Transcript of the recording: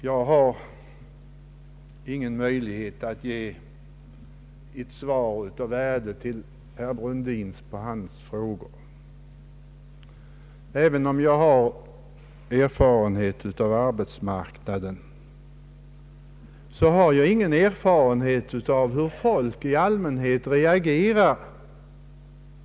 Jag har ingen möjlighet att ge ett svar av värde på herr Brundins frågor. Även om jag har erfarenhet av arbetsmarknaden, har jag ingen erfarenhet av hur folk i allmänhet reagerar.